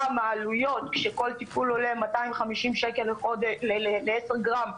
וכשכל טיפול עולה 250 שקל ל-10 גרם,